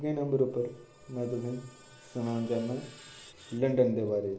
दूऐ नंबर उप्पर में तुसेंगी सनाना चाह्न्नां लंडन दे बारै च